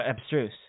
abstruse